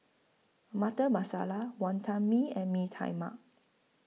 Butter Masala Wonton Mee and Mee Tai Mak